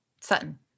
Sutton